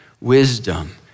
wisdom